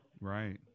Right